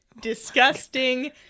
disgusting